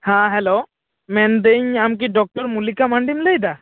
ᱦᱮᱸ ᱦᱮᱞᱳ ᱢᱮᱱ ᱫᱟᱹᱧ ᱟᱢᱠᱤ ᱰᱚᱠᱴᱚᱨ ᱢᱚᱞᱞᱤᱠᱟ ᱢᱟᱱᱰᱤᱢ ᱞᱟᱹᱭᱮᱫᱟ